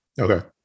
okay